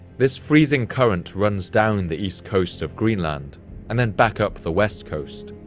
this freezing current runs down the east coast of greenland and then back up the west coast,